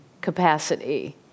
capacity